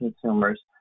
consumers